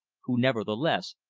who, nevertheless,